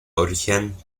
origen